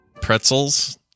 pretzels